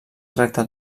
tracta